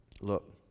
Look